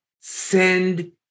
send